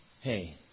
Hey